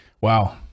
Wow